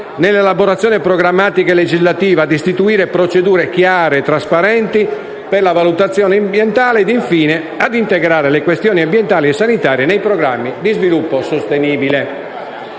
nell'elaborazione programmatica e legislativa, ad istituire procedure chiare e trasparenti per la valutazione ambientale e, infine, a integrare le questioni ambientali e sanitarie nei programmi di sviluppo sostenibile.